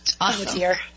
Awesome